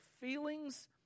feelings